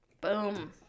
boom